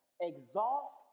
exhaust